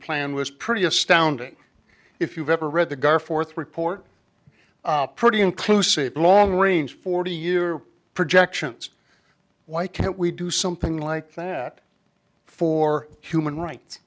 plan was pretty astounding if you've ever read the gulf fourth report pretty inclusive long range forty year projections why can't we do something like that for human rights